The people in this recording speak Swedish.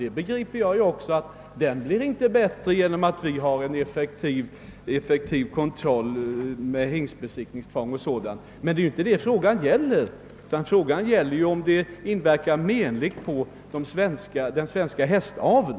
även jag begriper att den hästen inte blir bättre för att vi har en effektiv kontroll med hingstbesiktningstvång :och : liknande. Men det är inte den frågan det nu gäller, utan huruvida importen av hästar inverkar menligt på den svenska hästaveln.